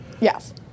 Yes